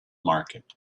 market